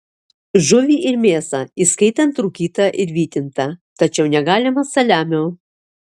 žuvį ir mėsą įskaitant rūkytą ir vytintą tačiau negalima saliamio